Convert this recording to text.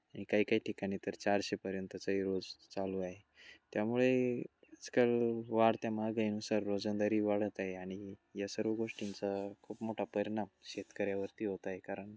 आणि काही काही ठिकाणी तर चारशेपर्यंतचाही रोज चालू आहे त्यामुळे आजकाल वाढत्या महागाईनुसार रोजंदारी वाढत आहे आणि या सर्व गोष्टींचा खूप मोठा परिणाम शेतकऱ्यावरती होत आहे कारण